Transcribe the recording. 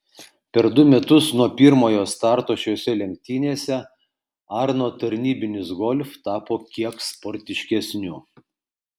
per du metus nuo pirmojo starto šiose lenktynėse arno tarnybinis golf tapo kiek sportiškesniu